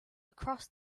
across